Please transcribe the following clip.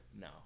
No